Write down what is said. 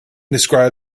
describe